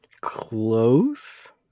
Close